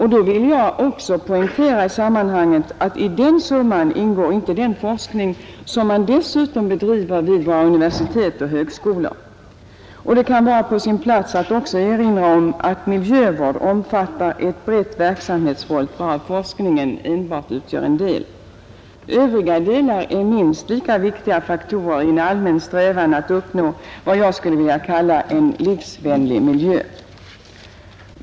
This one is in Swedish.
Jag vill också poängtera i sammanhanget att i den summan ingår inte den forskning som bedrivs vid våra universitet och högskolor. Det kan vara på sin plats att även erinra om att miljövård omfattar ett brett verksamhetsfält, varav forskningen enbart utgör en del. Övriga delar är minst lika viktiga faktorer i en allmän strävan att uppnå vad jag skulle vilja kalla en livsvänlig miljö.